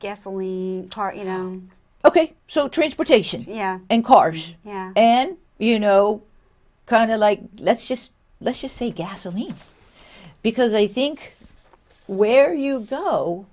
gasoline you know ok so transportation yeah and cars and you know kind of like let's just let's just say gasoline because i think where you go